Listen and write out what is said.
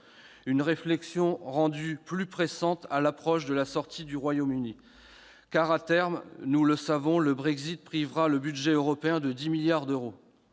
réflexion rendue plus pressante à l'approche de la sortie du Royaume-Uni de l'Europe. À terme, nous le savons, le Brexit privera le budget européen de 10 milliards d'euros.